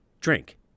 drink